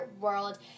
world